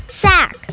sack